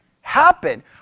happen